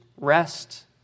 rest